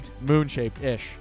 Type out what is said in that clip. Moon-shaped-ish